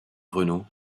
renault